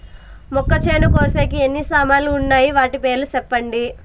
మొక్కచేను కోసేకి ఎన్ని సామాన్లు వున్నాయి? వాటి పేర్లు సెప్పండి?